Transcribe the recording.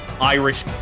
Irish